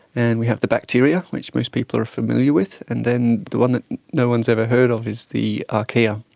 and we have the bacteria, which most people are familiar with. and then the one that no one has ever heard of is the archaea.